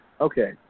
okay